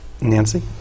Nancy